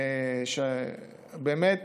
באמת